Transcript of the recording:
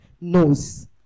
knows